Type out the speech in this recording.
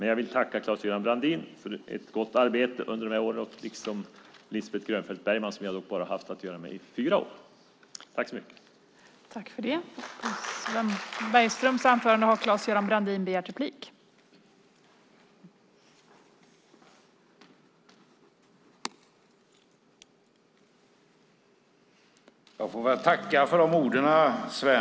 Jag vill tacka Claes-Göran Brandin för ett gott arbete under de här åren liksom Lisbeth Grönfeldt Bergman, som jag dock bara haft att göra med i fyra år. Tack så mycket!